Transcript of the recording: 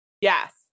Yes